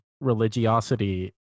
religiosity